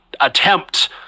attempt